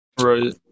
right